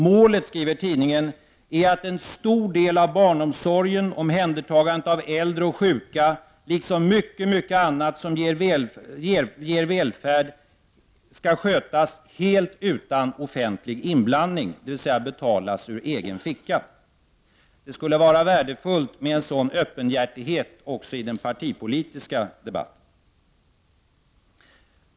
Målet är, skriver tidningen, att ”en stor del av barnomsorgen, omhändertagandet av äldre och sjuka liksom mycket, mycket annat som ger välfärd sköts helt utan offentlig inblandning”, dvs. betalas ur egen ficka. Det skulle vara värdefullt med en sådan öppenhjärtighet också i den partipolitiska debatten.